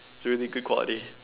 really good quality